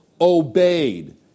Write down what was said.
obeyed